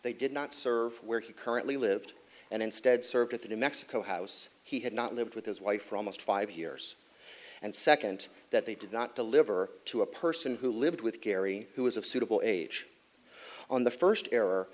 they did not serve where he currently lived and instead served at the new mexico house he had not lived with his wife for almost five years and second that they did not deliver to a person who lived with kerry who was of suitable age on the first error